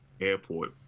Airport